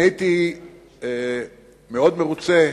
הייתי מאוד מרוצה